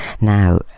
Now